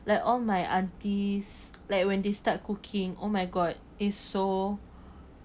like all my aunties like when they start cooking oh my god it's so